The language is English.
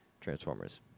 Transformers